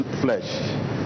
flesh